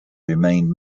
remained